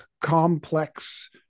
complex